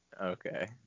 Okay